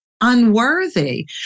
unworthy